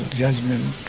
judgment